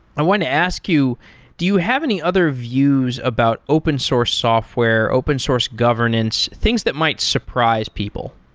i want to ask you do you have any other views about open source software, open source governance, things that might surprise people?